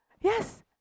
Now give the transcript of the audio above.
Yes